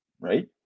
right